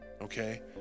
okay